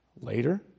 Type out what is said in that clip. Later